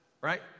right